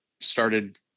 started